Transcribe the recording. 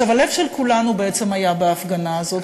הלב של כולנו בעצם היה בהפגנה הזאת,